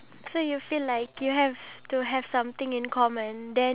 precise and so that I can understand them better